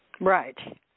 Right